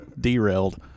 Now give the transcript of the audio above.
derailed